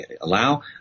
allow